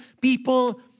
people